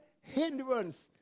hindrance